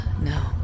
No